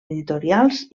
editorials